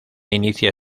inicia